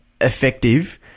effective